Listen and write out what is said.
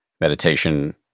meditation